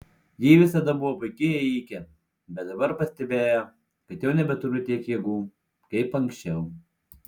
ji visada buvo puiki ėjike bet dabar pastebėjo kad jau nebeturi tiek jėgų kaip anksčiau